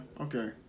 okay